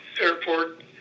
airport